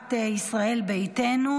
סיעת ישראל ביתנו.